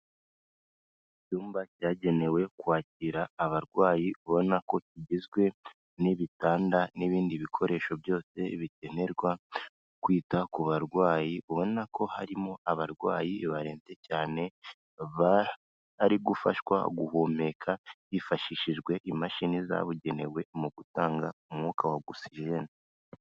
Icyumba cyagenewe kwakira abarwayi, ubona ko kigizwe n'ibitanda n'ibindi bikoresho byose bikenenerwa kwita ku barwayi, ubona ko harimo abarwayi barembye cyane, bari gufashwa guhumeka hifashishijwe imashini zabugenewe, mu gutanga umwuka wa gusijeni.